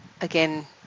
Again